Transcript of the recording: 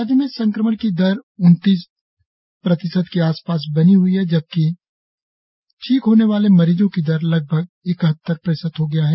राज्य में संक्रमण के दर उनतीस प्रतिशत के आस पास बनी ह्ई है जबकि ठीक होने वाले मरीजों की दर लगभग इकहत्तर प्रतिशत हो गया है